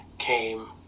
came